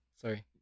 Sorry